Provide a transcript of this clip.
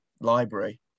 library